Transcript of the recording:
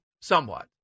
somewhat